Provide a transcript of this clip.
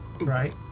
Right